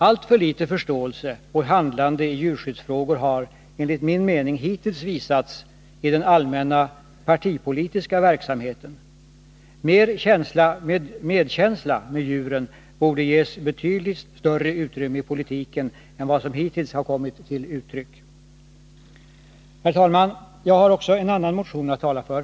Alltför litet förståelse och handlande i djurskyddsfrågor har — enligt min mening -— hittills visats i den allmänna partipolitiska verksamheten. Medkänsla med djuren borde ges betydligt större utrymme i politiken än vad som hittills har kommit till uttryck. Herr talman! Jag har också en annan motion att tala för.